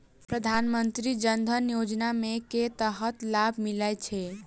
प्रधानमंत्री जनधन योजना मे केँ तरहक लाभ मिलय छै?